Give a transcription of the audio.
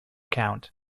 count